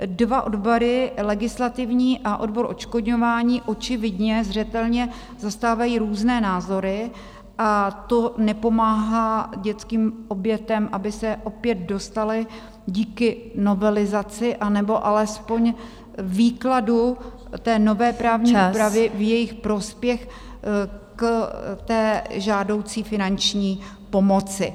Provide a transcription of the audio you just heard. Dva odbory, legislativní a odbor odškodňování, očividně zřetelně zastávají různé názory, a to nepomáhá dětským obětem, aby se opět dostaly díky novelizaci anebo alespoň výkladu té nové právní úpravy v jejich prospěch, k té žádoucí finanční pomoci.